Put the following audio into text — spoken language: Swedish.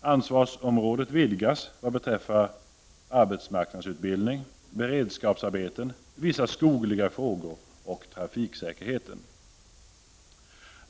Ansvarsområdet vidgas vad beträffar arbetsmarknadsutbildning, beredskapsarbeten, vissa skogliga frågor och trafiksäkerheten.